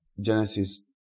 Genesis